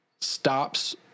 stops